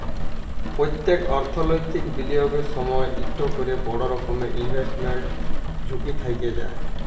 প্যত্তেক অথ্থলৈতিক বিলিয়গের সময়ই ইকট ক্যরে বড় রকমের ইলভেস্টমেল্ট ঝুঁকি থ্যাইকে যায়